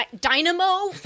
Dynamo